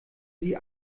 sie